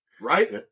Right